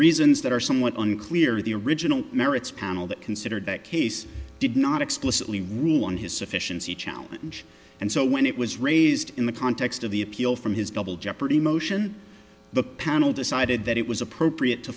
reasons that are somewhat unclear the original merits panel that considered that case did not explicitly rule on his sufficiency challenge and so when it was raised in the context of the appeal from his double jeopardy motion the panel decided that it was appropriate to